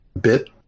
Bit